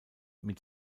mit